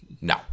No